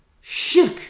Shirk